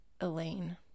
Elaine